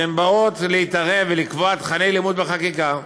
שבאות להתערב ולקבוע תוכני לימוד בחקיקה.